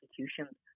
institutions